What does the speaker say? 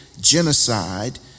genocide